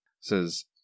Says